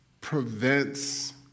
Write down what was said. prevents